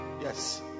yes